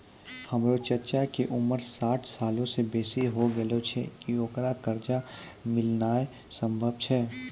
हमरो चच्चा के उमर साठ सालो से बेसी होय गेलो छै, कि ओकरा कर्जा मिलनाय सम्भव छै?